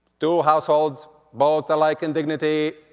two households, both alike in dignity,